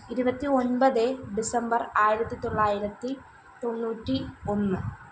ഇരുപത്തി ഒൻപത് ഡിസമ്പർ ആയിരത്തിത്തൊള്ളായിരത്തിതൊണ്ണൂറ്റി ഒന്ന്